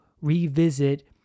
revisit